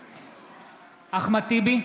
נגד אחמד טיבי,